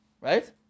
Right